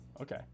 Okay